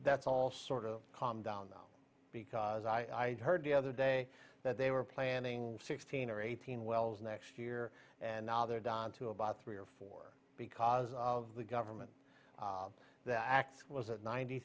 that's all sort of calmed down though because i heard the other day that they were planning sixteen or eighteen wells next year and now they're down to about three or four because the government x was at ninety